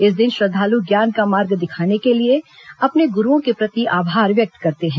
इस दिन श्रद्वालू ज्ञान का मार्ग दिखाने के लिए अपने गुरूओं के प्रति आभार व्यक्त करते हैं